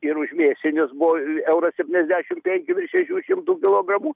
ir už mėsinius buvo euras septyniasdešim penki virš šešių šimtų kilogramų